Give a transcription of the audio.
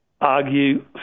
argue